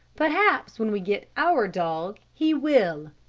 perhaps when we get our dog he will.